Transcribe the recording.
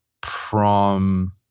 prom